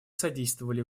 содействовали